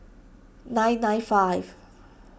nine nine five